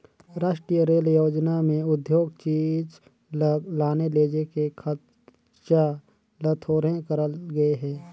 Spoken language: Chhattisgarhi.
रास्टीय रेल योजना में उद्योग चीच ल लाने लेजे के खरचा ल थोरहें करल गे हे